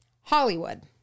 Hollywood